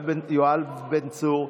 יואב בן צור,